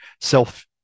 self